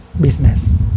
business